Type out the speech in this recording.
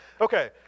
okay